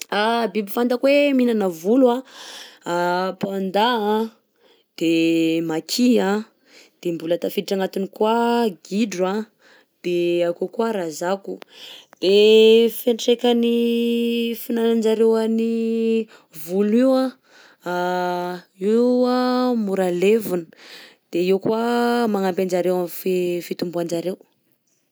Biby fantako mihinana volo anh: panda anh, de maki anh, de mbola tafiditra agnatiny koa gidro de ao akao koa razako. _x000D_ De fiantraikan'ny fihinanan-jareo an'ny volo io anh io anh mora levona, de io koa magnampy anjareo am'fi- fitomboan-jareo.